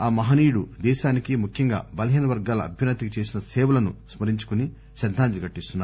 ఆ మహనీయుడు దేశానికి ముఖ్యంగా బలహీన వర్గాల అభ్యున్న తికి చేసిన సేవలను స్మరించుకుని శ్రద్దాంజలి ఘటిస్తున్నారు